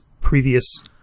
previous